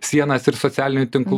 sienas ir socialinių tinklų